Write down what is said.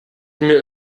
mir